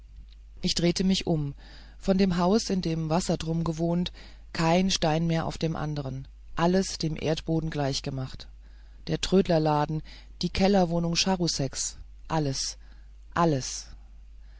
ich drehte mich um von dem haus in dem wassertrum gewohnt kein stein mehr auf dem andern alles dem erdboden gleichgemacht der trödlerladen die kellerwohnung charouseks alles alles